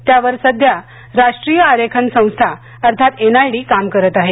त्यावर सध्या राष्ट्रीय आरेखन संस्था अर्थात एन आय डी काम करत आहे